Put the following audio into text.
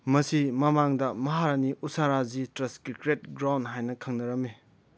ꯃꯁꯤ ꯃꯃꯥꯡꯗ ꯃꯍꯥꯔꯥꯅꯤ ꯎꯁꯥꯔꯥꯖꯤ ꯇ꯭ꯔꯁ ꯀ꯭ꯔꯤꯛꯀꯦꯠ ꯒ꯭ꯔꯥꯎꯟ ꯍꯥꯏꯅ ꯈꯪꯅꯔꯝꯃꯤ